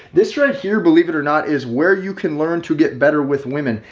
this right here, believe it or not, is where you can learn to get better with women.